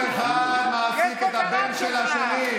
כל אחד מעסיק את הבן של השני.